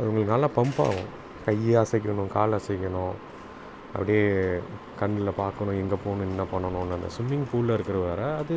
அது உங்களுக்கு நல்லா பம்ப் ஆகும் கை அசைக்கணும் கால் அசைக்கணும் அப்படியே கண்ணில்ப் பார்க்கணும் எங்கேப் போகணும் என்னப் பண்ணணும்னு அந்த சும்மிங் ஃபூலில் இருக்கிற வேறு அது